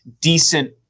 decent